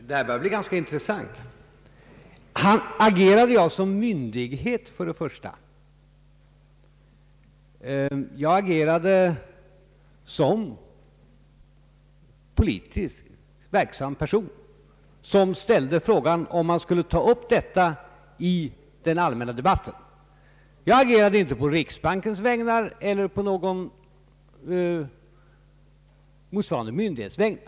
Herr talman! Det här börjar bli ganska intressant. Agerade jag som myndighet? Jag agerade som politiskt verksam person, som ställde frågan om man skulle ta upp detta i den allmänna debatien. Jag agerade inte på riksbankens eller någon motsvarande myndighets vägnar.